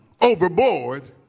overboard